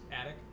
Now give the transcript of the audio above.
attic